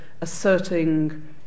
asserting